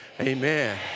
Amen